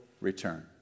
return